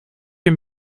een